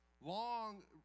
Long